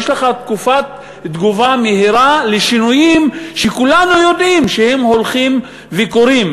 יש לך תקופת תגובה מהירה על שינויים שכולנו יודעים שהם הולכים וקורים?